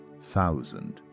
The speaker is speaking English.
thousand